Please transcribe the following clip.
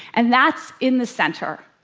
and that's in the center.